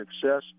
success